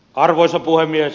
arvoisa puhemies